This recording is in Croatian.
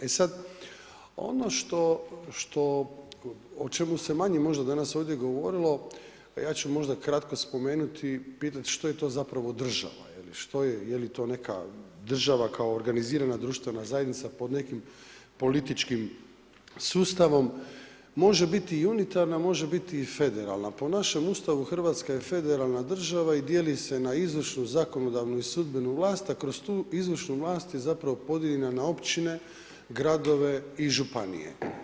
E sad, ono što, o čemu se manje možda danas ovdje govorilo, ja ću možda kratko spomenuti, pitat što je to zapravo država, što je, je li to neka država kao organizirana društvena zajednica pod nekim političkim sustavom može biti i unitarna, može biti i federalna, po našem Ustavu Hrvatska je federalna država i dijeli se na izvršnu, zakonodavnu i sudbenu vlast, a kroz tu izvršnu vlast je zapravo podijeljena na općine, gradove i županije.